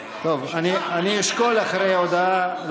טוב, אני אשקול לתת אחרי ההודעה.